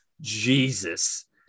Jesus